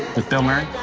with bill murray?